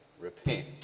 Repent